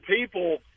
people